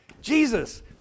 Jesus